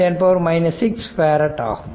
510 6 பேரட் ஆகும்